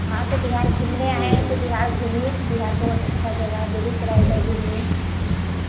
हाँ तो बिहार घूमने आए हैं तो बिहार घूमिए बिहार बहुत अच्छी जगह है बेगूसराय इधर घूमिए